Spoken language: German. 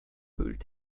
höhlt